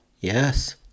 Yes